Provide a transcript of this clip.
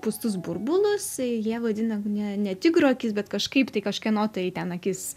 pūstus burbulus jie vadina ne ne tigro akis bet kažkaip tai kažkieno tai ten akis